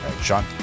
Sean